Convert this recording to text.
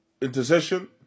intercession